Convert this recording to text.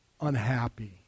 unhappy